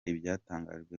ibyatangajwe